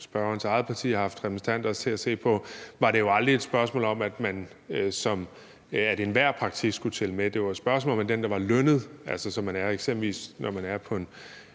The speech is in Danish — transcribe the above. spørgerens eget parti har haft repræsentanter til at se på – det var et spørgsmål om, at enhver praktik skulle tælle med. Det var et spørgsmål om, om den lønnede praktik, man er i som f.eks. håndværker eller